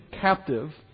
captive